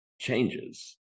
changes